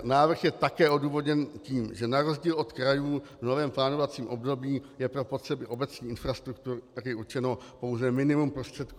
Návrh je také odůvodněn tím, že na rozdíl od krajů v novém plánovacím období je pro potřeby obecních infrastruktur určeno pouze minimum prostředků.